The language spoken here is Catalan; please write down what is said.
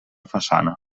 façana